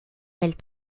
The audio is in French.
elle